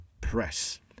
press